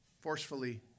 forcefully